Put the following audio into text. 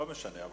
לא משנה.